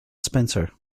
spencer